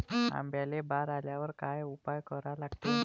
आंब्याले बार आल्यावर काय उपाव करा लागते?